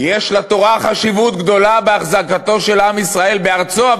יש לתורה חשיבות גדולה בהחזקתו של עם ישראל בארצו,